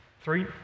three